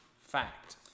fact